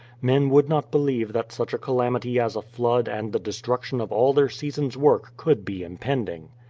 men would not believe that such a calamity as a flood and the destruction of all their season's work could be impending.